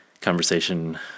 conversation